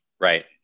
right